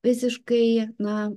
visiškai na